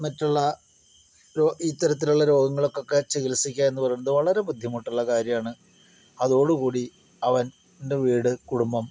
മറ്റുള്ള ഇത്തരത്തിലുള്ള രോഗങ്ങൾക്കൊക്കെ ചികിത്സിക്കുക എന്ന് പറയുന്നത് വളരെ ബുദ്ധിമുട്ടുള്ള കാര്യമാണ് അതോടുകൂടി അവൻ്റെ വീട് കുടുംബം